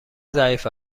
ضعیف